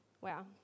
Wow